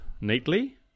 neatly